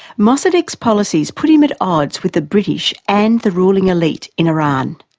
mossadeq's policies put him at odds with the british and the ruling elite in iran.